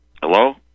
Hello